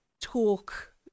talk